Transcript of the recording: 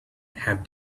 have